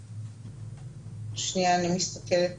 שנייה, אני מסתכלת